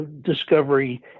discovery